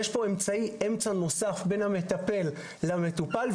יש פה אמצעי אמצע נוסף בין המטפל למטופל,